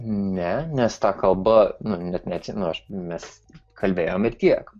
ne nes ta kalba nu net neatsimenu aš mes kalbėjom ir tiek